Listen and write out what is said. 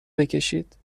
بکشید